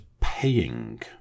paying